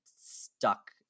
stuck